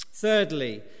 Thirdly